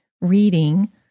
reading